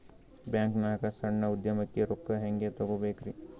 ಬ್ಯಾಂಕ್ನಾಗ ಸಣ್ಣ ಉದ್ಯಮಕ್ಕೆ ರೊಕ್ಕ ಹೆಂಗೆ ತಗೋಬೇಕ್ರಿ?